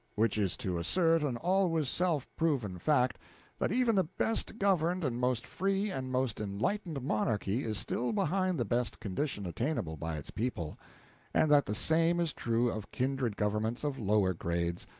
which is to assert an always self-proven fact that even the best governed and most free and most enlightened monarchy is still behind the best condition attainable by its people and that the same is true of kindred governments of lower grades,